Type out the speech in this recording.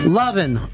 loving